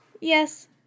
yes